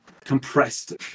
compressed